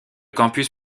campus